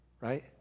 right